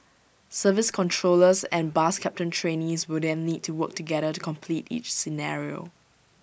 service controllers and bus captain trainees will then need to work together to complete each scenario